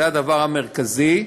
זה הדבר המרכזי.